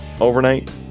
overnight